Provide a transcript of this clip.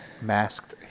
masked